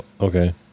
Okay